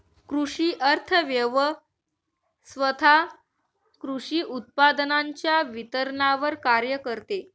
कृषी अर्थव्यवस्वथा कृषी उत्पादनांच्या वितरणावर कार्य करते